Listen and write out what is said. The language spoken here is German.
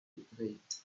gedreht